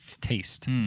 taste